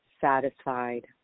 satisfied